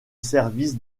service